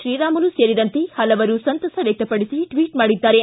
ಶ್ರೀರಾಮುಲು ಸೇರಿದಂತೆ ಪಲವರು ಸಂತಸ ವ್ಹಕ್ತಪಡಿಸಿ ಟ್ವಿಟ್ ಮಾಡಿದ್ದಾರೆ